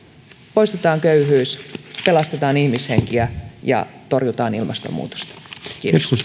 poistetaan köyhyys pelastetaan ihmishenkiä ja torjutaan ilmastonmuutosta kiitos